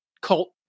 cult